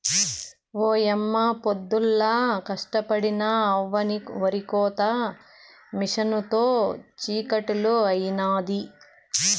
ఓయమ్మ పొద్దుల్లా కష్టపడినా అవ్వని ఒరికోత మిసనుతో చిటికలో అయినాది